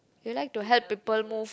you like to help people move